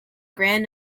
grand